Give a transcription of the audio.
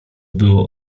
było